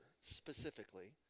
specifically